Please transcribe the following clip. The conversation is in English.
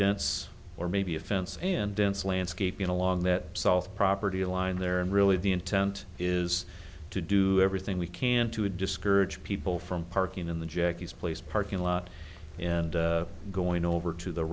dense or maybe a fence and dense landscaping along that south property line there and really the intent is to do everything we can to discourage people from parking in the jackie's place parking lot and going over to the